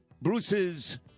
Bruce's